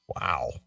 Wow